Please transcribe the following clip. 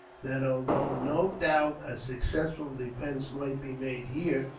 that although no doubt a successful defence might be made here,